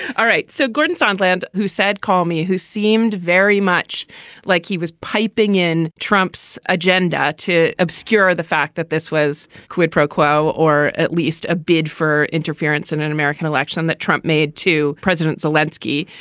all right. so gordon on land who said call me who seemed very much like he was piping in trump's agenda to obscure the fact that this was quid pro quo or at least a bid for interference in an american election that trump made to president zalewski.